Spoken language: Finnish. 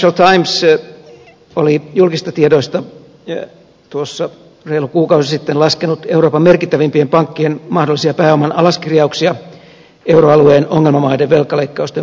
financial times oli julkisista tiedoista reilu kuukausi sitten laskenut euroopan merkittävimpien pankkien mahdollisia pääoman alaskirjauksia euroalueen ongelmamaiden velkaleikkausten vuoksi